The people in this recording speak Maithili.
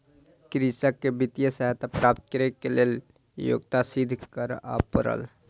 कृषक के वित्तीय सहायता प्राप्त करैक लेल योग्यता सिद्ध करअ पड़ल